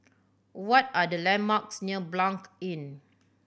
what are the landmarks near Blanc Inn